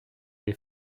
des